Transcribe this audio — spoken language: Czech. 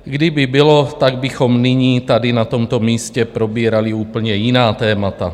Kdyby bylo, tak bychom nyní tady na tomto místě probírali úplně jiná témata.